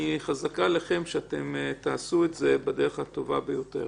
חזקה עליכם שאתם תעשו את זה בדרך הטובה ביותר.